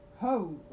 Ho